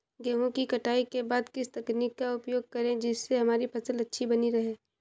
गेहूँ की कटाई के बाद किस तकनीक का उपयोग करें जिससे हमारी फसल अच्छी बनी रहे?